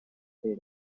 设备